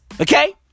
Okay